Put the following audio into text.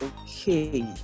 Okay